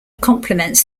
compliments